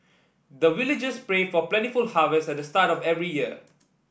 the villagers pray for plentiful harvest at the start of every year